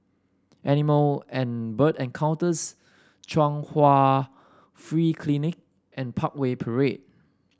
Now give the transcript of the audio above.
Animal and Bird Encounters Chung Hwa Free Clinic and Parkway Parade